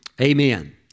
amen